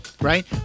right